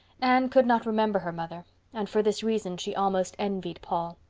anne could not remember her mother and for this reason she almost envied paul.